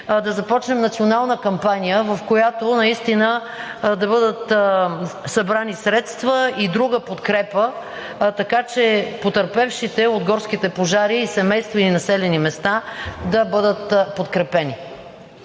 да започнем национална кампания, в която да бъдат събрани средства и друга подкрепа, така че потърпевшите от горските пожари и семейства, и населени места да бъдат подкрепени.